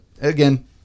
again